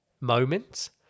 moments